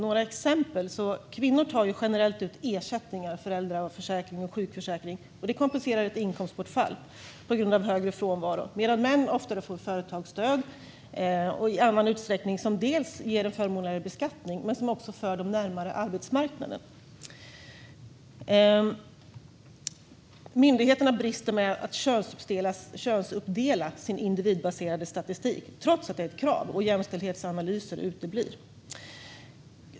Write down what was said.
Några exempel: Kvinnor tar generellt ut ersättningar som föräldraförsäkring och sjukförsäkring, vilket kompenserar ett inkomstbortfall på grund av högre frånvaro, medan män oftare får företagsstöd i en annan utsträckning, vilket dels ger dem förmånligare beskattning, dels för dem närmare arbetsmarknaden. Myndigheterna brister i att könsuppdela sin individbaserade statistik, trots att detta är ett krav, och jämställdhetsanalyser uteblir.